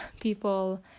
people